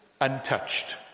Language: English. untouched